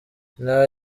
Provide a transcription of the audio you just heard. nta